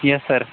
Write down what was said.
yes sir